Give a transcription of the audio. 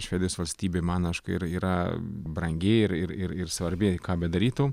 švedijos valstybė man aišku ir yra brangi ir ir ir svarbi ką bedarytum